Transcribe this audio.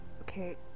okay